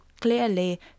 clearly